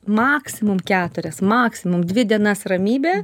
maksimum keturias maksimum dvi dienas ramybė